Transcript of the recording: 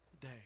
day